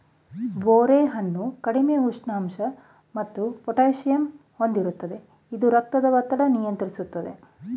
ಬೋರೆ ಹಣ್ಣು ಕಡಿಮೆ ಉಪ್ಪಿನಂಶ ಮತ್ತು ಪೊಟ್ಯಾಸಿಯಮ್ ಹೊಂದಿರ್ತದೆ ಇದು ರಕ್ತದೊತ್ತಡ ನಿಯಂತ್ರಿಸ್ತದೆ